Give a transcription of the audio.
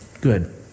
Good